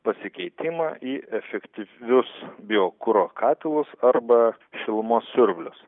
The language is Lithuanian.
pasikeitimą į efektyvius biokuro katilus arba šilumos siurblius